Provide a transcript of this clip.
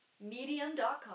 medium.com